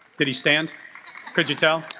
did he stand could you tell